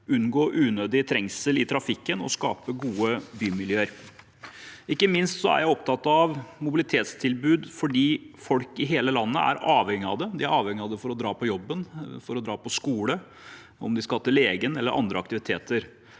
unngå unødig trengsel i trafikken og skape gode bymiljøer. Ikke minst er jeg opptatt av mobilitetstilbudet fordi folk i hele landet er avhengig av det. De er avhengig av det for å dra på jobben, for å dra på skole, om de skal til legen eller andre aktiviteter.